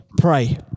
pray